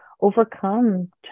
overcome